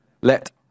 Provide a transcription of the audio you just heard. Let